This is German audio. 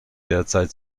derzeit